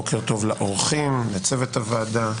בוקר טוב לאורחים, לצוות הוועדה.